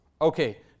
Okay